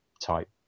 type